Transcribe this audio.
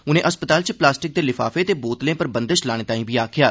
उनें अस्पताल च प्लास्टिक दे लिफाफे ते बोतलें पर बंदश लान लेई आक्खेआ